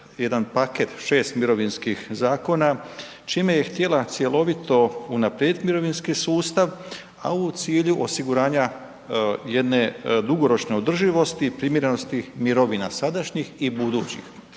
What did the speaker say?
jedan paket 6 mirovinskih zakona čime je htjela cjelovito unaprijediti mirovinski sustav a u cilju osiguranja jedne dugoročne održivosti primjerenosti tih mirovina sadašnjih i budućih.